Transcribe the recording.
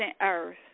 earth